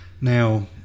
Now